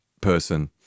person